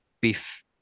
beef